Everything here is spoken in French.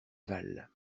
val